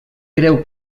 creu